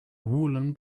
woolen